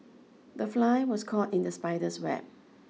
the fly was caught in the spider's web